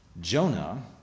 Jonah